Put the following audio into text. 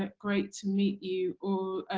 ah great to meet you all.